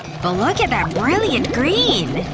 but look at that brilliant green!